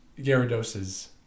Gyaradoses